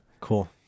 cool